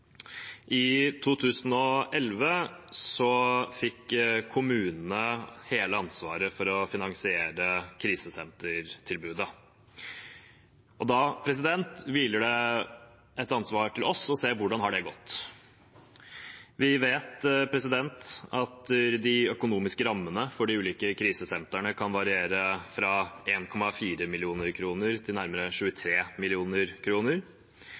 I 2011 fikk kommunene hele ansvaret for å finansiere krisesentertilbudet. Da hviler det et ansvar på oss for å se til hvordan det har gått. Vi vet at de økonomiske rammene for de ulike krisesentrene kan variere fra 1,4 mill. kr til nærmere 23